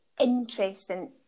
interesting